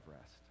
rest